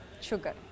sugar